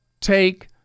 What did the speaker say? take